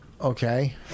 Okay